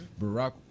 barack